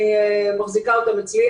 אני מחזיקה אותם אצלי.